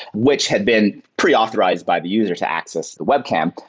which had been preauthorized by the user to access the webcam.